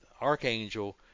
archangel